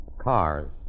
cars